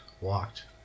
Walked